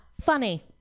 funny